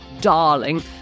darling